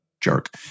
jerk